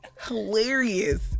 Hilarious